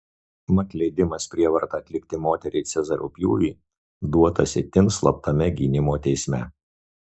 mat leidimas prievarta atlikti moteriai cezario pjūvį duotas itin slaptame gynimo teisme